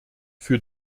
für